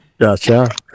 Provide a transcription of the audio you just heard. Gotcha